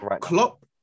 Klopp